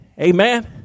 Amen